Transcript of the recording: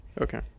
Okay